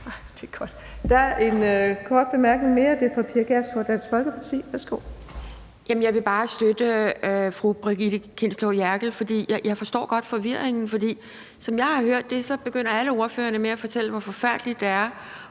Nej. Der er en kort bemærkning mere, og det er fra Pia Kjærsgaard, Dansk Folkeparti. Værsgo. Kl. 14:49 Pia Kjærsgaard (DF): Jeg vil bare støtte fru Brigitte Klintskov Jerkel, for jeg forstår godt forvirringen. Som jeg har hørt det, begynder alle ordførerne med at fortælle, hvor forfærdeligt det er,